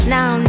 Now